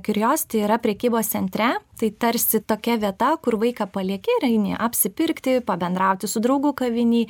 kirijosti yra prekybos centre tai tarsi tokia vieta kur vaiką palieki ir eini apsipirkti pabendrauti su draugu kavinėj